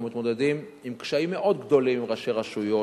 אנחנו מתמודדים עם קשיים מאוד גדולים עם ראשי רשויות,